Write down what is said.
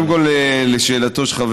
קודם כול, לשאלתו של חבר